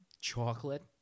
chocolate